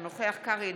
אינו נוכח שלמה קרעי,